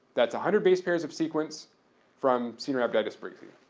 that's a hundred base pairs of sequence from caenorhabditis briggsae.